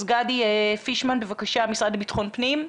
אז גדי פרישמן, בבקשה, המשרד לבטחון פנים.